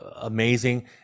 amazing